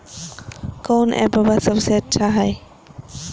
कौन एप्पबा सबसे अच्छा हय?